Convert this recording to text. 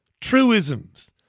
truisms